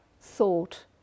thought